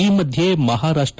ಈ ಮಧ್ಯೆ ಮಹಾರಾಷ್ಟ